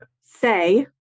say